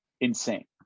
Insane